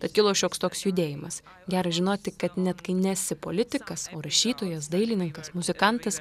tad kilo šioks toks judėjimas gera žinoti kad net kai nesi politikas o rašytojas dailininkas muzikantas